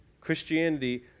Christianity